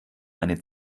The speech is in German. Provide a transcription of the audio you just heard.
eine